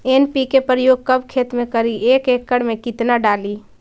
NPK प्रयोग कब खेत मे करि एक एकड़ मे कितना डाली?